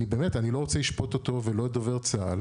אני לא רוצה לשפוט אותו ולא את דובר צה"ל